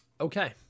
okay